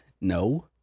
No